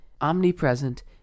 omnipresent